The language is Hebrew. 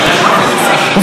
חבר הכנסת אלאלוף,